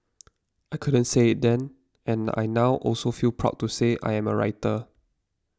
I couldn't say it then and I now also feel proud to say I am a writer